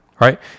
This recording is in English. right